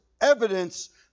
evidence